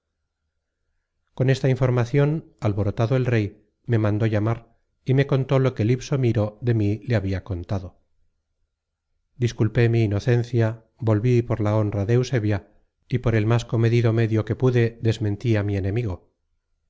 con esta informacion alborotado el rey me mandó llamar y me contó lo que libsomiro de mí le habia contado disculpe mi inocencia volví por la honra de eusebia y por el más comedido medio que pude desmenti á mi enemigo